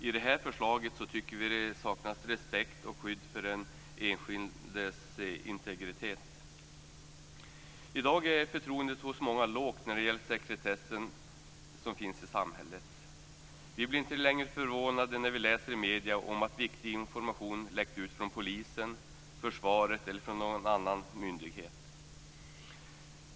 I det här förslaget saknas respekt och skydd för den enskildes integritet. I dag är förtroendet hos många lågt när det gäller den sekretess som finns i samhället. Vi blir inte längre förvånade när vi läser i medierna om att viktig information läckt ut från polisen, försvaret eller från någon annan myndighet.